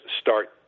start